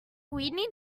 need